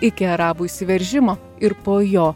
iki arabų įsiveržimo ir po jo